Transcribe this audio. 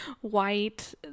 white